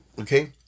okay